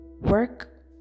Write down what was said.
work